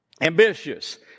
ambitious